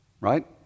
right